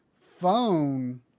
phone